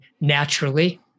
naturally